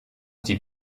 die